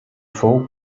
fou